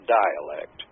dialect